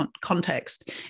context